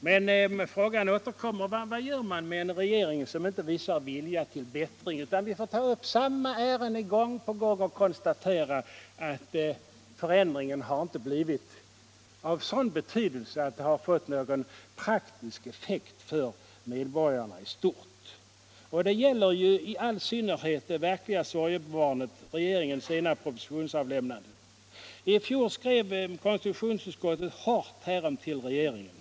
Men frågan återkommer: Vad gör man med en regering som inte visar — Granskning av vilja till bättring? Vi har behandlat samma ärende gång på gång och statsrådens konstaterat att förändringen inte har blivit av sådan betydelse att den = tjänsteutövning har fått någon praktisk effekt för medborgarna i stort. Detta gäller i all m.m. synnerhet det verkliga sorgebarnet, regeringens sena propositionsavlämnande. I fjol skrev konstitutionsutskottet hårt härom till regeringen.